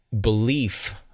belief